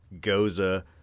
goza